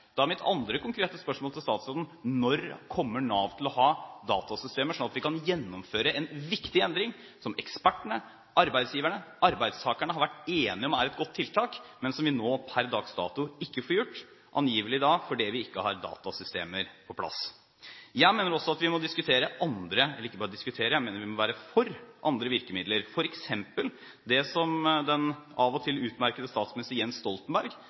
Da er mitt andre konkrete spørsmål til statsråden: Når kommer Nav til å ha datasystemer, sånn at vi kan gjennomføre en viktig endring som ekspertene, arbeidsgiverne og arbeidstakerne har vært enige om er et godt tiltak, men som vi nå per dags dato ikke får gjort, angivelig fordi vi ikke har datasystemer på plass? Jeg mener også at vi ikke bare må diskutere, men at vi må være for andre virkemidler, f.eks. det som den av og til utmerkede statsminister Jens Stoltenberg